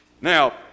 Now